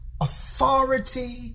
authority